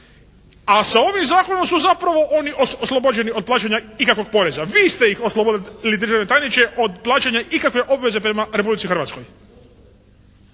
a sa ovim zakonom su zapravo oni oslobođeni od plaćanja ikakvog poreza. Vi ste ih oslobodili državni tajniče od plaćanja ikakve obaveze prema Republici Hrvatskoj.